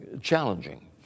challenging